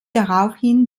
daraufhin